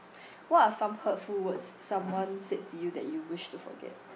what are some hurtful words someone said to you that you wish to forget